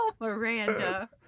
Miranda